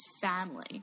family